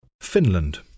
Finland